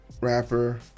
rapper